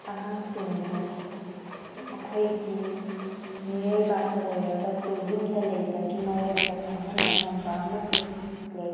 ꯑꯉꯥꯡꯁꯤꯡꯕꯨ ꯑꯩꯈꯣꯏꯒꯤ ꯃꯤꯔꯩꯕꯥꯛꯇ ꯂꯩꯔꯒꯁꯨ ꯌꯨꯝꯗ ꯂꯩꯕꯒꯤ ꯃꯑꯣꯡꯗ ꯈꯜꯍꯟꯕ ꯉꯝꯕ ꯑꯃꯁꯨ ꯂꯩ